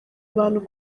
abantu